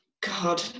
God